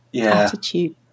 attitude